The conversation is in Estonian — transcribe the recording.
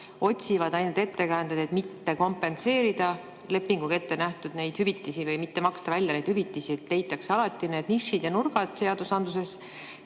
otsivad ainult ettekäändeid, et mitte kompenseerida lepinguga ette nähtud hüvitisi, mitte maksta välja neid hüvitisi. Leitakse alati need nišid ja nurgad seadustes,